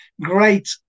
great